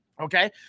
okay